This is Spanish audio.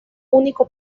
único